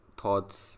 thoughts